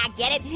ah get it,